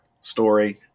story